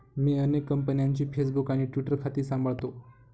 मी अनेक कंपन्यांची फेसबुक आणि ट्विटर खाती सांभाळतो